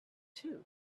too